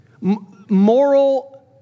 Moral